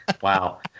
wow